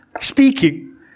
speaking